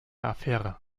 affäre